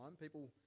people